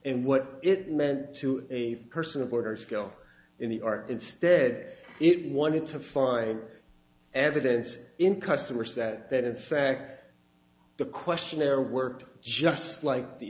and what it meant to a person of order skill in the art instead it wanted to find evidence in customers that that in fact the questionnaire worked just like the